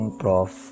prof